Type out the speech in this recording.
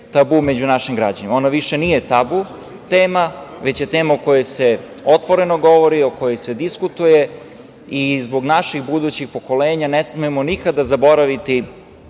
tabu među našim građanima. Ona više nije tabu tema, već je tema o kojoj se otvoreno govori, o kojoj se diskutuje i zbog naših budućih pokolenja ne smemo nikada da zaboraviti